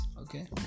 okay